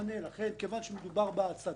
לכן כיוון שמדובר בהצעת חוק,